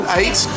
eight